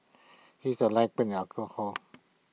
he is A light be in alcohol